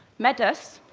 met us.